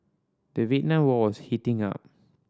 the Vietnam War was heating up